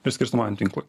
ir skirstomajam tinklui